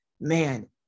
man